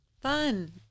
Fun